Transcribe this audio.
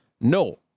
No